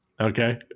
Okay